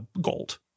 gold